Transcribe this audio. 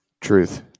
Truth